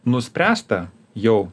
nuspręsta jau